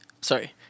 sorry